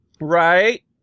right